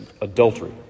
Adultery